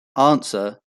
answer